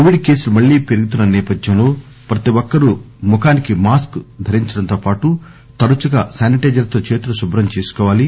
Covid కేసులు మళ్లీ పెరుగుతున్న సేపథ్యంలో ప్రతి ఒక్కరూ ముఖానికి మాస్క్ ధరించడంతో పాటు తరచుగా శానిటైజర్ తో చేతులు శుభ్రం చేసుకోవాలి